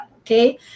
Okay